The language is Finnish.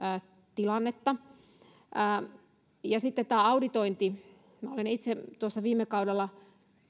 tilannetta sitten tämä auditointi olen itse viime kaudella